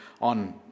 on